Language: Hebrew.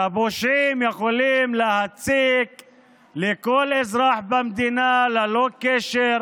והפושעים יכולים להציק לכל אזרח במדינה ללא קשר